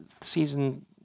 season